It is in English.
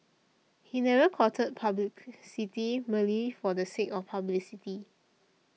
he never courted publicity merely for the sake of publicity